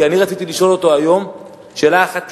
כי אני רציתי לשאול אותו היום שאלה אחת פשוטה: